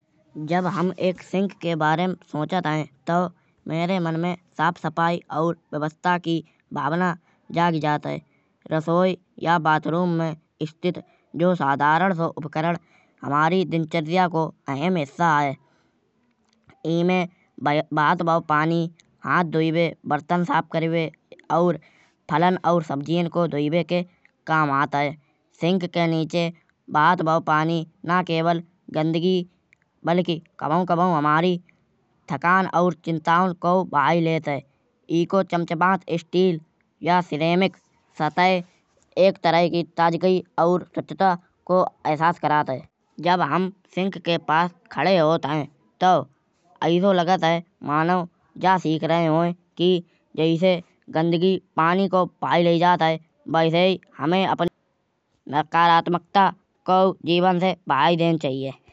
जब हुम एक सिंक के बारे में सोचत हैं। तउ मेरे मुन में साफ सफाई अउर व्यवस्था की भावना जागी जात है। रसोई या बाथरूम में इ स्थिति यो साधारण सोउ उपकरण हामरी दिनचर्या का अहम हिस्सा है। ईमें बहुत भाव पानी हाथ धुईबे बर्तन साफ करिबे अउर फलन अउर सब्जियन को धुईबे के काम आत हैं। सिंक के नीचे बहुत भाव पानी ना केवल गंदगी बलकि कभी कभी हमारी थकान अउर चिन्ताउन को भाये लेत हैं। ईक चमचमात स्टील या सिरेमिक सतह एक तरह की ताजगी अउर स्वच्छता को अहसास करात है। जब हुम सिंक के पास खड़े होत हैं। तउ ऐसो लागत है। मानौ या सीख रहे होये की जैसे गंदगी पानी को भाये लइ जात है। वैसे ही हुमे अपनी नकारात्मकता को जीवन से भाये देन चाहिये।